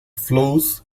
flows